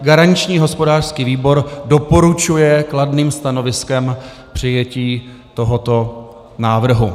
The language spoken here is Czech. Garanční hospodářský výbor doporučuje kladným stanoviskem přijetí tohoto návrhu.